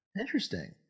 Interesting